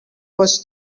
was